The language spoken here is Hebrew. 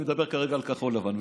אני מדבר כרגע על כחול לבן,